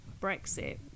Brexit